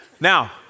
now